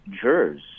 jurors